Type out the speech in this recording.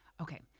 Okay